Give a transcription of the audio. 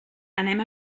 anem